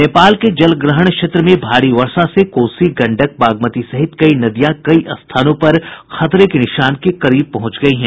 नेपाल के जलग्रहण क्षेत्र में भारी वर्षा से कोसी गंडक बागमती सहित कई नदियां कई स्थानों पर खतरे के निशान के करीब पहुंच गयी हैं